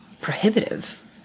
prohibitive